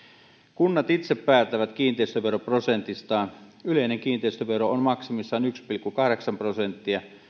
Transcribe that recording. kunnat itse päättävät kiinteistöveroprosentistaan yleinen kiinteistövero on maksimissaan yksi pilkku kahdeksan prosenttia ja